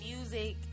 music